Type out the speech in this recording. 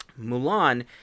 Mulan